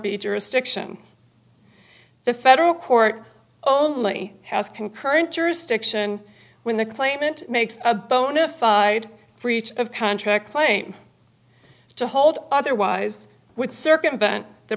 b jurisdiction the federal court only has concurrent jurisdiction when the claimant makes a bona fide breach of contract claim to hold otherwise would circumvent the